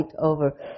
over